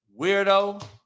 Weirdo